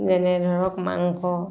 যেনে ধৰক মাংস